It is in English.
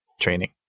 training